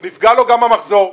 נפגע לו המחזור,